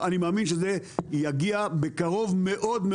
אני מאמין שזה יגיע בקרוב מאוד,